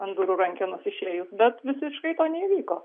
ant durų rankenos išėjus bet visiškai to neįvyko